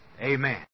Amen